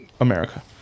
America